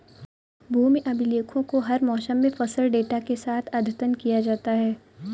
भूमि अभिलेखों को हर मौसम में फसल डेटा के साथ अद्यतन किया जाता है